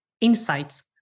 insights